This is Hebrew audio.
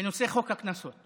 בנושא חוק הקנסות.